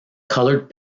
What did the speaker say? coloured